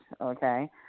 okay